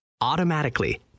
automatically